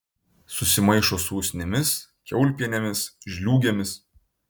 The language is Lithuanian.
susimaišo su usnimis kiaulpienėmis žliūgėmis